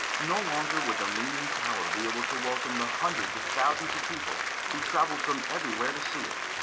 no longer would the leaning tower be able to welcome the hundreds of thousands of people who traveled from everywhere to see it.